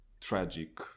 tragic